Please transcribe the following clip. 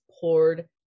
poured